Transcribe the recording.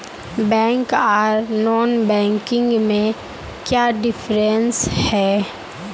Bank आर non banking में क्याँ डिफरेंस है?